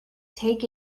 take